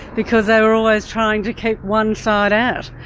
because they were always trying to keep one side out.